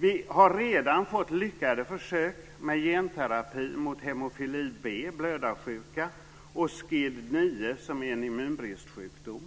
Vi har redan kunnat se lyckade försök med genterapi mot hemofili B, blödarsjuka, och mot Scid IX, som är en immunbristsjukdom.